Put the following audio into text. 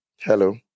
Hello